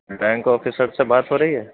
bank officer سے بات ہو رہی ہے